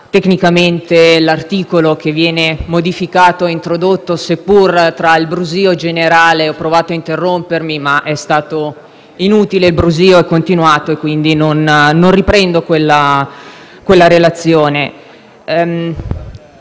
tecnicamente l'articolo che viene modificato e introdotto, seppur tra il brusio generale: ho provato ad interrompermi, ma è stato inutile, perché il brusio è continuato. Quindi non riprendo la relazione.